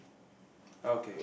okay